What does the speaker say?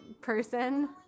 Person